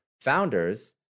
founders